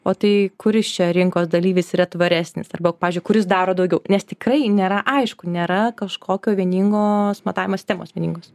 o tai kuris čia rinkos dalyvis yra tvaresnis arba pavyzdžiui kuris daro daugiau nes tikrai nėra aišku nėra kažkokio vieningos matavimo sistemos vieningos